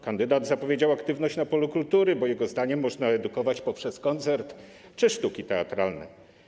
Kandydat zapowiedział aktywność na polu kultury, bo jego zdaniem można edukować poprzez koncerty czy sztuki teatralne.